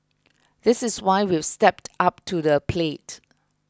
this is why we've stepped up to the plate